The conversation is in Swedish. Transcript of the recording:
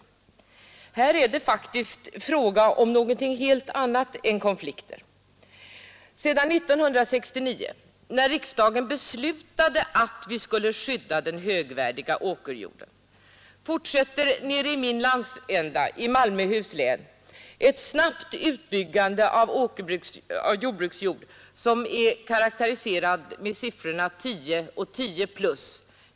Här är det faktiskt fråga om någonting helt annat än konflikter. Sedan 1969, när riksdagen beslutade att vi skulle skydda den högvärdiga åkerjorden, fortsätter nere i min landsända, i Malmöhus län, ett snabbt utbyggande av jordbruksjord som är karakteriserad med siffrorna 10 och 10 plus.